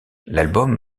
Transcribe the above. l’album